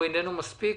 הוא איננו מספיק,